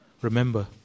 remember